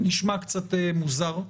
נשמע קצת מוזר.